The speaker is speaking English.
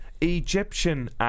Egyptian